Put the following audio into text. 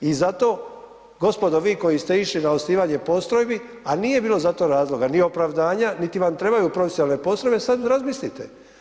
I zato gospodo vi koji ste išli na osnivanje postrojbi, a nije bilo za to razloga ni opravdanja, niti vam trebaju profesionalne postrojbe sad razmislite.